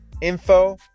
info